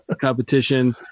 competition